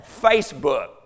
Facebook